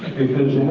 because.